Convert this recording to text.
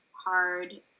hard